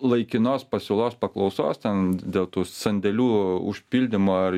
laikinos pasiūlos paklausos ten dėl tų sandėlių užpildymo ar